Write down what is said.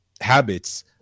habits